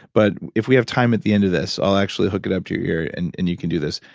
but if we have time at the end of this i'll actually hook it up to your ear and and you can do this,